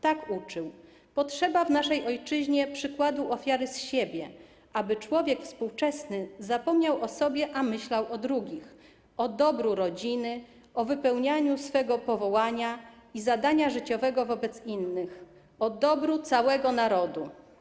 Tak uczył: Potrzeba w naszej ojczyźnie przykładu ofiary z siebie, aby człowiek współczesny zapomniał o sobie, a myślał o drugich - o dobru rodziny, o wypełnieniu swego powołania i zadania życiowego wobec innych, o dobru całego narodu.